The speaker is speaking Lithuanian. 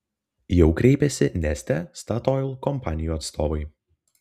jau kreipėsi neste statoil kompanijų atstovai